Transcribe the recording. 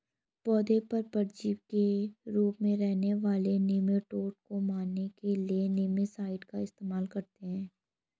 पौधों पर परजीवी के रूप में रहने वाले निमैटोड को मारने के लिए निमैटीसाइड का इस्तेमाल करते हैं